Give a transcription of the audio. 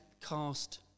cast